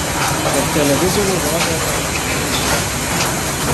per televizorių rodė ozo šalies burtininką